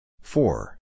Four